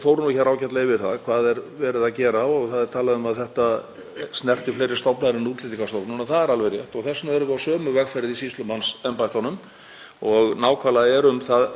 og nákvæmlega erum það ráðuneyti sem sennilega er komið hvað lengst í því að innleiða rafræna þjónustu og stafræna og erum algerlega á fullu í þessum undirbúningi.